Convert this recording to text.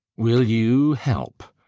will you help?